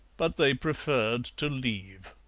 but they preferred to leave.